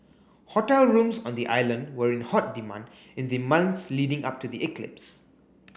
hotel rooms on the island were in hot demand in the months leading up to the eclipse